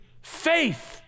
faith